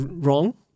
wrong